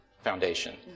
foundation